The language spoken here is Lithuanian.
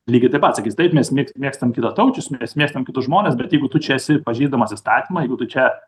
lygiai taip pat sakys taip mes mėgstam kitataučius mes mėgstam kitus žmones bet jeigu tu čia esi pažeisdamas įstatymą jeigu tu čia